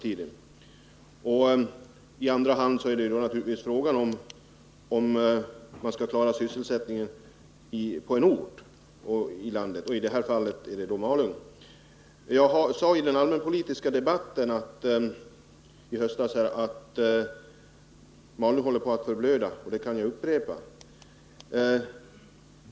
I andra hand är det fråga om huruvida man skall kunna klara sysselsättningen på en viss ort i landet, nämligen Malung. I den allmänpolitiska debatten i höstas sade jag att Malung håller på att förblöda, vilket jag nu kan upprepa.